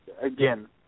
again